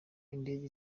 indege